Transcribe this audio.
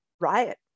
riot